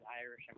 Irish